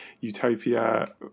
utopia